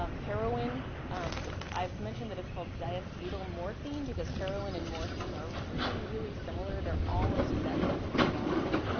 um heroin i've mentioned that it's called diacetyl morphine because heroin and morphine are really really similar, they're almost exactly the same molecule.